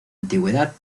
antigüedad